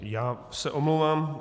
Já se omlouvám.